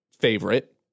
favorite